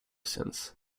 since